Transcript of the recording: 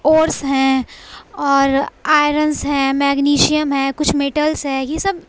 hours ہیں اور irons ہیں میگنیشیم ہیں کچھ میٹلس ہے یہ سب